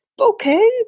okay